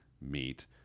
meet